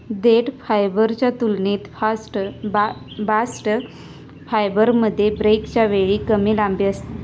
देठ फायबरच्या तुलनेत बास्ट फायबरमध्ये ब्रेकच्या वेळी कमी लांबी असता